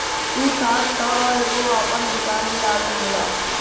तू चाहत तअ एगो आपन दुकान भी डाल सकेला